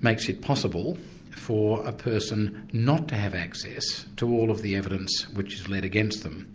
makes it possible for a person not to have access to all of the evidence which is led against them.